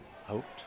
hoped